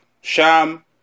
Sham